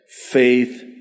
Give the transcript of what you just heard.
faith